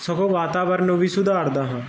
ਸਗੋਂ ਵਾਤਾਵਰਨ ਨੂੰ ਵੀ ਸੁਧਾਰਦਾ ਹਾਂ